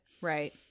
Right